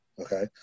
Okay